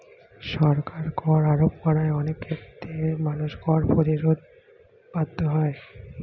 সরকার কর আরোপ করায় অনেক ক্ষেত্রে মানুষ কর প্রতিরোধে বাধ্য হয়